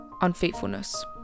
unfaithfulness